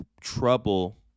trouble